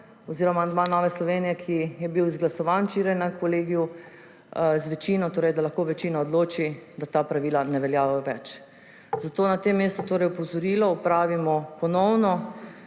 oziroma amandma Nove Slovenije, ki je bil izglasovan včeraj na kolegiju z večino, torej da lahko večina odloči, da ta pravila ne veljajo več. Zato na tem mestu opozorilo, ponovno